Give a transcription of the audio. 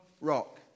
rock